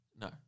No